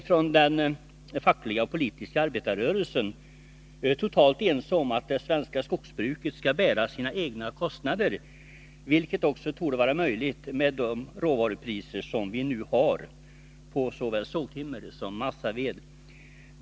Från den fackliga och politiska arbetarrörelsens sida är vi totalt överens om att det svenska skogsbruket självt skall bära sina kostnader, vilket också torde vara möjligt med tanke på de nuvarande råvarupriserna på såväl sågtimmer som massaved.